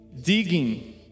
Digging